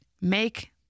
make